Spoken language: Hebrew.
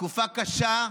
תקופה קשה,